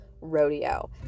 rodeo